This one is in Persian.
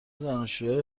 دانشجوهای